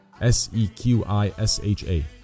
S-E-Q-I-S-H-A